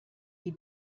die